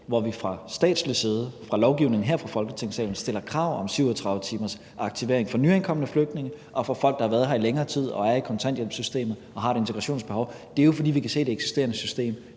hvor vi fra statslig side, i lovgivningen og her i Folketingssalen, stiller krav om 37-timersaktivering for nyankomne flygtninge og for folk, der har været her i længere tid og er i kontanthjælpssystemet og har et integrationsbehov, er, at vi kan se, at det eksisterende system